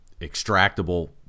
extractable